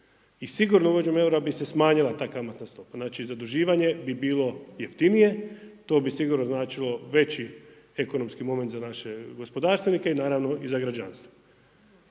I sigurno uvođenjem eura bi se smanjila ta kamatna stopa. Znači zaduživanje bi bilo jeftinije, to bi sigurno značilo veći ekonomski moment za naše gospodarstvenike i naravno i za građanstvo.